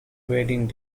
wedding